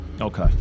okay